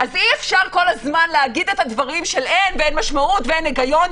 אז אל תגידי את זה עוד פעם.